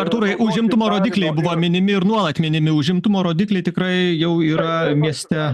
artūrai užimtumo rodikliai buvo minimi ir nuolat minimi užimtumo rodikliai tikrai jau yra mieste